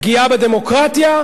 פגיעה בדמוקרטיה.